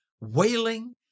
wailing